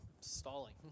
stalling